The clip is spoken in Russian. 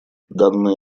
данные